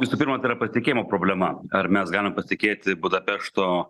visų pirma tai yra pasitikėjimo problema ar mes galime pasitikėti budapešto